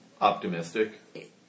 Optimistic